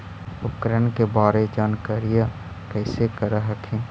उपकरण के बारे जानकारीया कैसे कर हखिन?